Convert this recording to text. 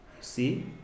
See